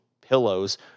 pillows